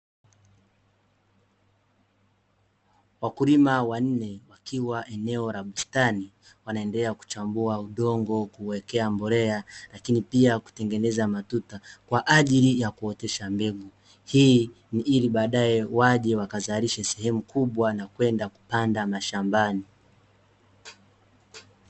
Wakulima wanne wakiwa eneo la bustani, wanaendelea kuchambua udongo kuuwekea mbolea lakini pia kutengeneza matuta, kwa ajili ya kuotesha mbegu. Hii ni ili badae waje wakazalishe sehemu kubwa na kwenda kupanda mashambani.